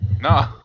No